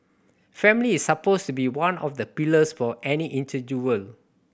family is supposed to be one of the pillars for any